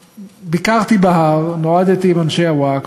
וביקרתי בהר, נועדתי עם אנשי הווקף,